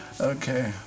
Okay